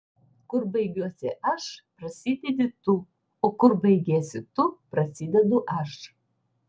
kur baigiuosi aš prasidedi tu o kur baigiesi tu prasidedu aš